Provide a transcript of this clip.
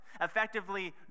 effectively